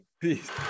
peace